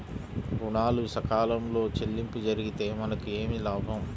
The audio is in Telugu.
ఋణాలు సకాలంలో చెల్లింపు జరిగితే మనకు ఏమి లాభం?